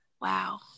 Wow